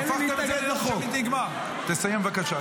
תסיים, בבקשה.